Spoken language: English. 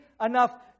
enough